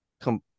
Come